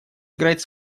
играть